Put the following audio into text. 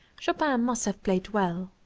chopin must have played well.